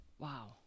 Wow